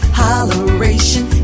holleration